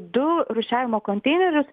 du rūšiavimo konteinerius